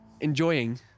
enjoying